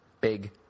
big